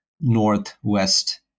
northwest